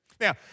Now